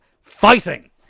Fighting